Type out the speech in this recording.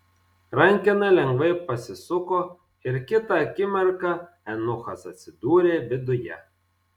rankena lengvai pasisuko ir kitą akimirką eunuchas atsidūrė viduje